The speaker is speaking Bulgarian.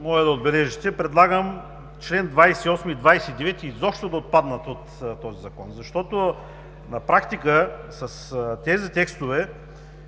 моля да отбележите – предлагам чл. 28 и 29 изобщо да отпаднат от този закон, защото на практика с тези текстове